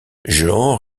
jehan